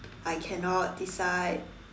I cannot decide